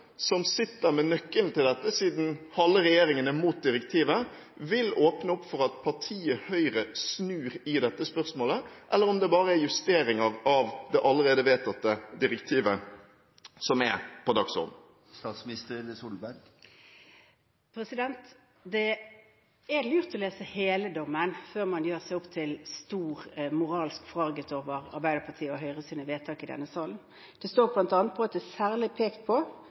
som sitter med nøkkelen til dette siden halve regjeringen er mot direktivet, vil åpne opp for at partiet Høyre snur i dette spørsmålet, eller om det bare er justering av det allerede vedtatte direktivet som er på dagsordenen. Det er lurt å lese hele dommen før man blir moralsk forarget over Arbeiderpartiets og Høyres vedtak i denne salen. Det står bl.a., i denne begrunnelsen representanten nå siterte, at det særlig er pekt på